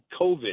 COVID